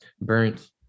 burnt